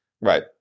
Right